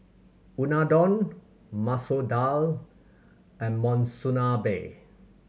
Unadon Masoor Dal and Monsunabe